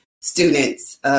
students